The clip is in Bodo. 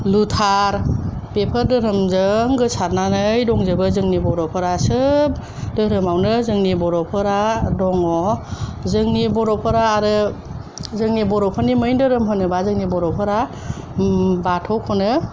लुथारेन बेफोर धोरोमजों गोसारनानै दंजोबो जोंनि बर'फोरा सोब धोरोमावनो जोंनि बर'फोरा दङ जोंनि बर'फोरा आरो जोंनि बर'फोरनि मेइन धोरोम होनोबा जोंनि बर'फोरा ओम बाथौखौनो